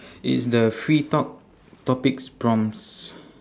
it is the free talk topics prompts